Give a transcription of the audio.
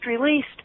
released